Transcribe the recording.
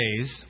days